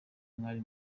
mwari